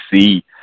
see